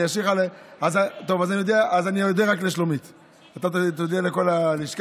אז אני אודה רק לשלומית.